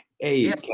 eight